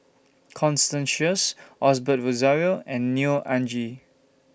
Constance Sheares Osbert Rozario and Neo Anngee